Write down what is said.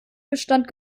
bestand